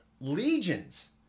legions